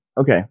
Okay